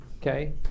Okay